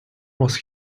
was